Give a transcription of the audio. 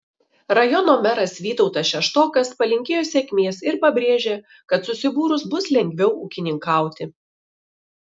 rajono meras vytautas šeštokas palinkėjo sėkmės ir pabrėžė kad susibūrus bus lengviau ūkininkauti